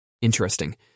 Interesting